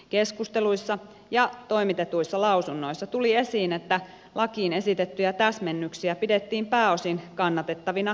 keskusteluissa ja toimitetuissa lausunnoissa tuli esiin että lakiin esitettyjä täsmennyksiä pidettiin pääosin kannatettavina ja oikeansuuntaisina